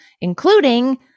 including